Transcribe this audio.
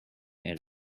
ill